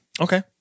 Okay